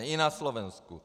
I na Slovensku.